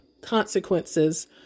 consequences